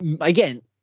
again